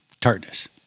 tartness